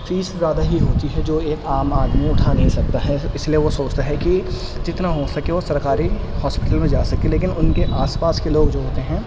face زیادہ ہی ہوتی ہے جو ایک عام آدمی اٹھا نہیں سکتا ہے اس لیے وہ سوچتا ہے کہ جتنا ہو سکے وہ سرکاری ہاسپٹل میں جا سکے لیکن ان کے آس پاس کے لوگ جو ہوتے ہیں